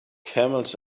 camels